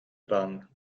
dran